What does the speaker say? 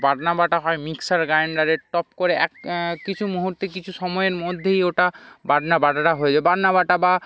বাটনা বাটা হয় মিক্সার গ্রাইন্ডারে টক করে এক কিছু মুহুর্তে কিছু সময়ের মধ্যেই ওটা বাটনা বাটাটা হয়ে যায় বাটনা বাটা বা